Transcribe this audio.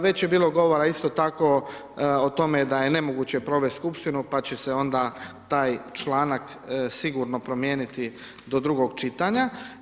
Već je bilo govora isto tako da je nemoguće provesti skupštinu pa će se onda taj članak sigurno promijeniti do drugog čitanja.